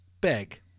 beg